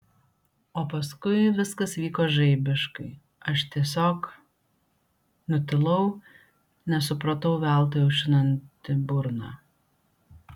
o paskui viskas vyko žaibiškai aš tiesiog nutilau nes supratau veltui aušinanti burną